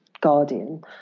guardian